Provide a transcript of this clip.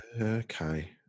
Okay